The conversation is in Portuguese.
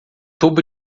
tubo